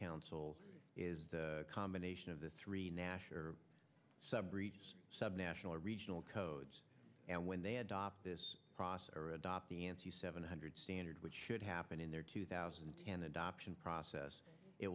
council is the combination of the three nasher sub sub national regional codes and when they adopt this process or adopt the answer seven hundred standard which should happen in their two thousand and ten adoption process it